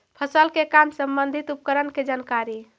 फसल के काम संबंधित उपकरण के जानकारी?